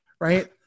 Right